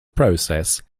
process